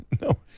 No